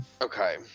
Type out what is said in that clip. Okay